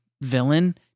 villain